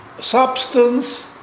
substance